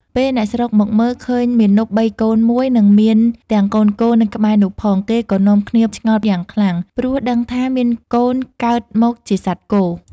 ពេលអ្នកស្រុកមកមើលឃើញមាណពបីកូនមួយនិងមានទាំងកូនគោនៅក្បែរនោះផង គេក៏នាំគ្នាឆ្ងល់យ៉ាងខ្លាំង ព្រោះដឹងថាមានកូនកើតមកជាសត្វគោ។